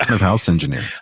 of house engineer?